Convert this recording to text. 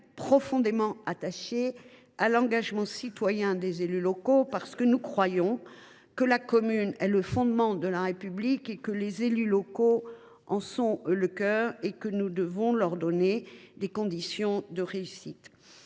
profondément attachés à l’engagement citoyen des élus locaux, parce que nous pensons que la commune est le fondement de la République, que les élus locaux en sont le cœur et que nous devons leur donner les moyens de réussir.